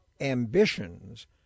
ambitions